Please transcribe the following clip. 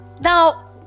now